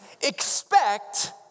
Expect